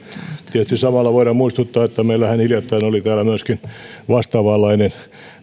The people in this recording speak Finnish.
tietysti samalla voidaan muistuttaa että meillähän hiljattain oli täällä vastaavanlainen